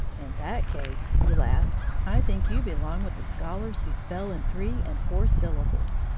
in that case, he laughed, i think you belong with the scholars who spell in three and four syllables.